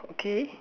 okay